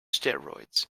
steroids